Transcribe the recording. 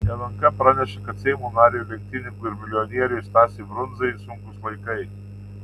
lnk praneša kad seimo nariui lenktynininkui ir milijonieriui stasiui brundzai sunkūs laikai